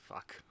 Fuck